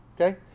okay